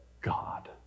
God